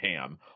ham